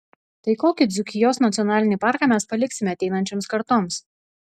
tai kokį dzūkijos nacionalinį parką mes paliksime ateinančioms kartoms